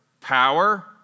power